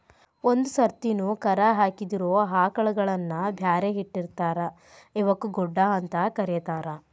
ಒಂದ್ ಸರ್ತಿನು ಕರಾ ಹಾಕಿದಿರೋ ಆಕಳಗಳನ್ನ ಬ್ಯಾರೆ ಇಟ್ಟಿರ್ತಾರ ಇವಕ್ಕ್ ಗೊಡ್ಡ ಅಂತ ಕರೇತಾರ